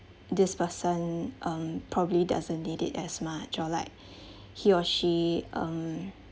this person um probably doesn't need it as much or like he or she um